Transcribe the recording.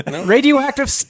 Radioactive